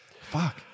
Fuck